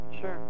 Sure